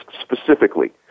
specifically